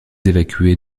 évacués